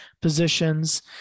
positions